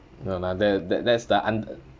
oh like that that that's the und~